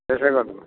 त्यसै गर्नु